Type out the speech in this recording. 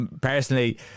personally